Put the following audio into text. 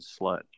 slut